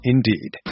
Indeed